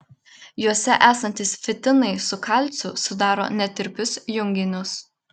juose esantys fitinai su kalciu sudaro netirpius junginius